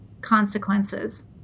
consequences